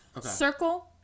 Circle